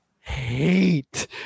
hate